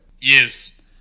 Yes